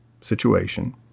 situation